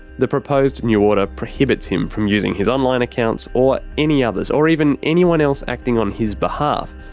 the proposed new order prohibits him from using his online accounts, or any others, or even anyone else acting on his behalf,